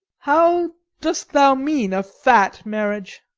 how dost thou mean a fat marriage?